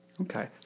Okay